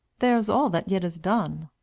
there's all that yet is done.